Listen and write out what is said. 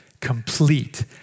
complete